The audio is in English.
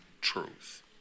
truth